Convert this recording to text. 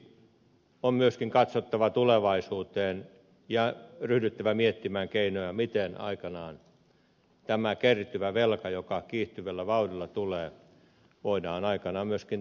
siksi on myöskin katsottava tulevaisuuteen ja ryhdyttävä miettimään keinoja miten tämä kertyvä velka joka kiihtyvällä vauhdilla tulee voidaan aikanaan myöskin maksaa takaisin